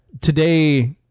Today